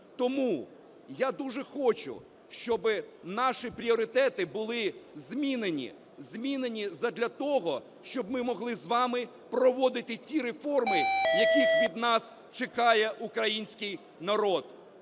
Тому я дуже хочу, щоб наші пріоритети були змінені, змінені задля того, щоб ми могли з вами проводити ті реформи, яких від нас чекає український народ.